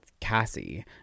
Cassie